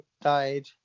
died